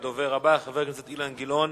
הדובר הבא, חבר הכנסת אילן גילאון